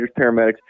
paramedics